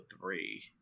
three